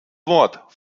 wort